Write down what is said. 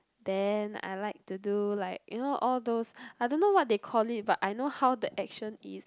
then I like to do like you know all those I don't know what they call it but I know how the action is